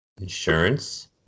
insurance